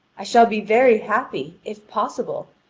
i shall be very happy, if possible,